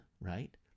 right